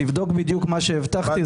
תבדוק בדיוק מה שהבטחתי.